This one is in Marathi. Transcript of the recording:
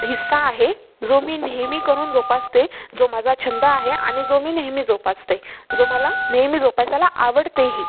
हिस्सा आहे जो मी नेहमी करून जोपासते जो माझा छंद आहे आणि जो मी नेहमी जोपासते जो मला नेहमी जोपासायला आवडतेही